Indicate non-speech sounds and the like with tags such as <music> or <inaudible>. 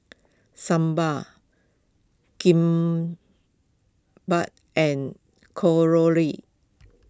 Sambar Kimbap and <unintelligible>